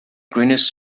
greenish